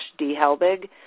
dhelbig